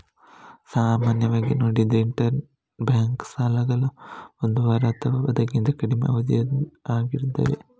ಸಾಮಾನ್ಯವಾಗಿ ನೋಡಿದ್ರೆ inter bank ಸಾಲಗಳು ಒಂದು ವಾರ ಅಥವಾ ಅದಕ್ಕಿಂತ ಕಡಿಮೆ ಅವಧಿಯದ್ದು ಆಗಿರ್ತವೆ